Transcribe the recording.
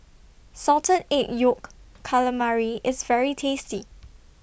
Salted Egg Yolk Calamari IS very tasty